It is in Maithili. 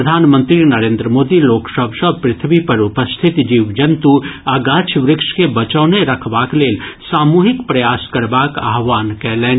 प्रधानमंत्री नरेन्द्र मोदी लोक सभ सँ पृथ्वी पर उपस्थित जीव जन्तु आ गाछ वृक्ष के बचौने रखबाक लेल सामूहिक प्रयास करबाक आह्वान कयलनि